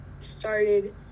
started